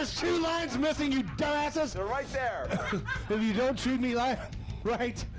ah two lines missing, you dumbasses! they're right there. if you don't treat me like right,